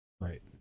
Right